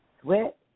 sweat